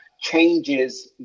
changes